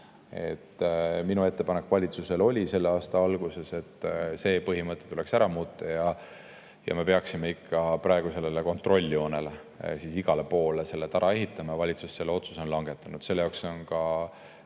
Minu ettepanek valitsusele oli selle aasta alguses, et see põhimõte tuleks ära muuta ja me peaksime praegu kontrolljoonele ikka igale poole selle tara ehitama. Valitsus on selle otsuse langetanud,